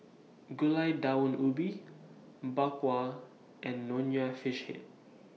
Gulai Daun Ubi Bak Kwa and Nonya Fish Head